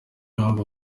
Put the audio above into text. mpamvu